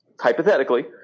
hypothetically –